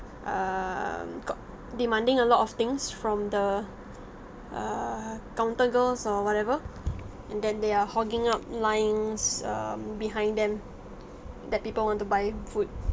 um got demanding a lot of things from the err counter girls or whatever and then they they're hogging up lines um behind them that people want to buy food